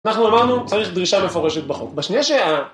אנחנו אמרנו, צריך דרישה מפורשת בחוק. בשנייה שה...